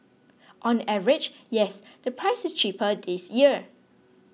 on average yes the price is cheaper this year